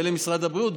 ולמשרד הבריאות,